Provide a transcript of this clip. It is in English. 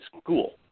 school